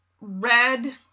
red